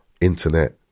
Internet